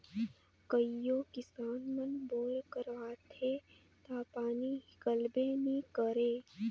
कइयो किसान मन बोर करवाथे ता पानी हिकलबे नी करे